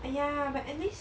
!aiya! but at least